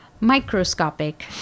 microscopic